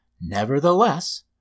Nevertheless